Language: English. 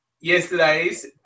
yesterday's